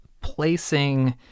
placing